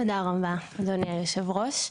תודה רבה, אדוני היושב ראש.